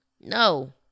No